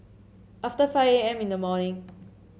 after five A M in the morning